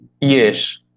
Yes